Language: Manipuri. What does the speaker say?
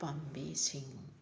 ꯄꯥꯝꯕꯤꯁꯤꯡ